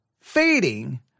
fading